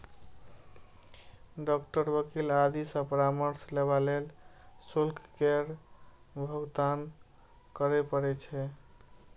doctor, वकील आदि सं परामर्श लेबा लेल शुल्क केर भुगतान करय पड़ै छै